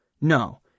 No